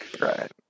Right